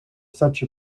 such